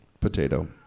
potato